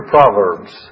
Proverbs